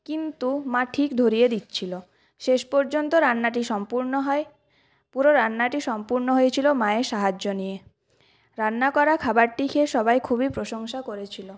কিন্তু মা ঠিক ধরিয়ে দিচ্ছিলো শেষ পর্যন্ত রান্নাটি সম্পূর্ণ হয় পুরো রান্নাটি সম্পূর্ণ হয়েছিলো মায়ের সাহায্য নিয়ে রান্না করা খাবারটি খেয়ে সবাই খুবই প্রশংসা করেছিলো